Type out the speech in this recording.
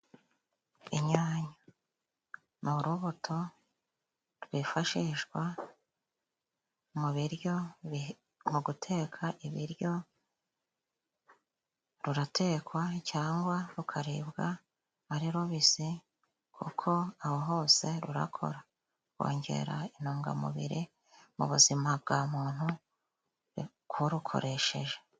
Inyanya ni urubuto rwifashishwa mu biryo mu guteka ibiryo ,ruratekwa cyangwa rukaribwa ari rubisi ,kuko aho hose rurakora rwongera intungamubiri mu buzima bwa muntu kurukoresheje.